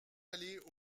aller